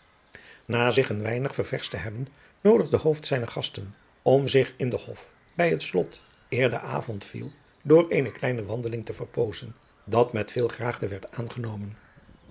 na zich een weinig ververscht te hebben noodigde hooft zijne gasten om zich in den hof bij het slot eer de avond viel door eene kleine wandeling te verpoozen dat met veel graagte werd aangenomen